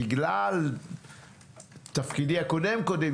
בגלל תפקידי הקודם קודם,